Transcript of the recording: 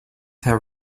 their